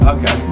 Okay